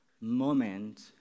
moment